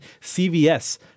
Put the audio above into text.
CVS